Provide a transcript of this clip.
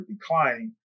declining